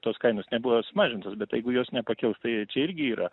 tos kainos nebuvo sumažintos bet jeigu jos nepakils tai čia irgi yra